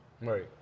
Right